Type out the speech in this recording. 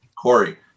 Corey